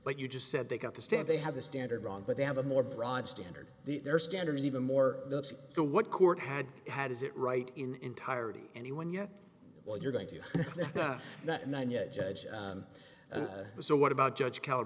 but you just said they got the stand they have the standard wrong but they have a more broad standard the their standards even more so what court had had as it right in entirety anyone yet while you're going to that nine yet judge so what about judge cal